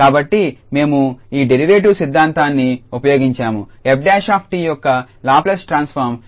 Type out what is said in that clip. కాబట్టి మేము ఈ డెరివేటివ్ సిద్ధాంతాన్ని ఉపయోగించాము 𝑓′𝑡 యొక్క లాప్లేస్ ట్రాన్స్ఫార్మ్ 𝑠𝐿𝑓𝑡−𝑓0